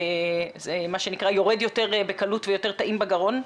מה שנקרא: יורד יותר בקלות ויותר טעים בגרון.